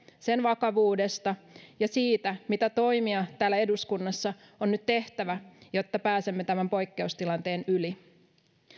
sen vakavuudesta ja siitä mitä toimia täällä eduskunnassa on nyt tehtävä jotta pääsemme tämän poikkeustilanteen yli